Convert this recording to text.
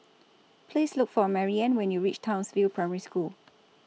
Please Look For Maryanne when YOU REACH Townsville Primary School